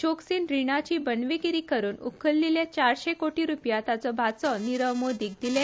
चोक्सीन रिणाची बनवेगीरी करून उखलिल्ले चारशे कोटी रुपया ताचो भाचो निरव मोदीक दिले